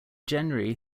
january